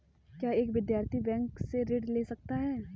क्या एक विद्यार्थी बैंक से ऋण ले सकता है?